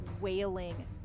wailing